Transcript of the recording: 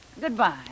Goodbye